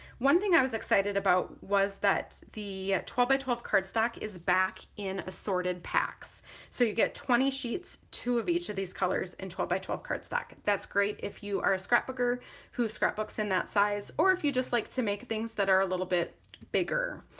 one thing i was excited about was that the twelve by twelve cardstock is back in assorted packs so you get twenty sheets, two of each of these colors in twelve by twelve cardstock. that's great if you are a scrapbooker who scrapbooks in that size or if you just like to make things that are a little bit bigger.